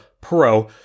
Pro